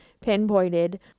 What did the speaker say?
pinpointed